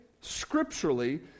scripturally